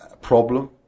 problem